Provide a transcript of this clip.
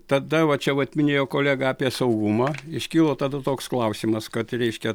tada va čia vat minėjo kolega apie saugumą iškyla tada toks klausimas kad reiškia